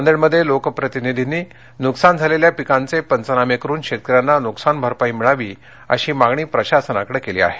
नांदेडमध्ये लोक प्रतिनिधींनी नुकसान झालेल्या पिकांचे पंचनामे करून शेतकऱ्यांना नुकसानभरपाई मिळावी अशी मागणी प्रशासनाकड केली आहे